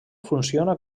funciona